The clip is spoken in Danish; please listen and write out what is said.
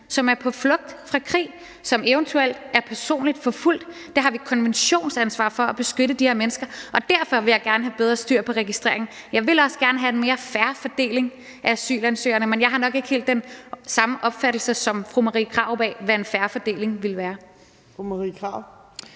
som er på flugt fra krig, som eventuelt er personligt forfulgt. Vi har et konventionsansvar for at beskytte de her mennesker. Derfor vil jeg gerne have bedre styr på registreringen. Jeg vil også gerne have en mere fair fordeling af asylansøgerne, men jeg har nok ikke helt den samme opfattelse som fru Marie Krarup af, hvad en fair fordeling ville være.